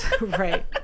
Right